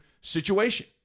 situation